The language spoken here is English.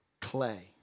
clay